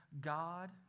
God